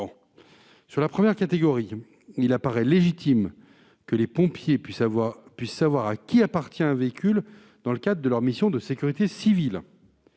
Sur la première catégorie, les pompiers, il nous apparaît légitime que ceux-ci puissent savoir à qui appartient un véhicule dans le cadre de leur mission de sécurité civile.